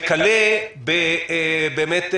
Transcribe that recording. וכלה באמת,